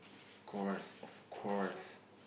of course of course